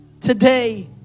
today